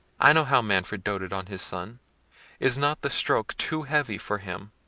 i know how manfred doted on his son is not the stroke too heavy for him?